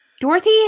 Dorothy